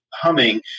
humming